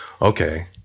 okay